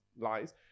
lies